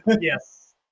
Yes